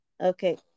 Okay